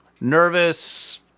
nervous